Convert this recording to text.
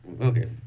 okay